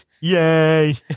Yay